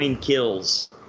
Kills